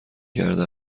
کرده